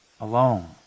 alone